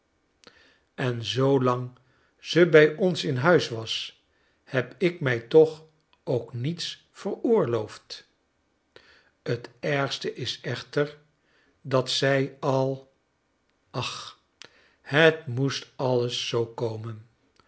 en zoo lang ze bij ons in huis was heb ik mij toch ook niets veroorloofd het ergste is echter dat zij al ach het moest alles zoo komen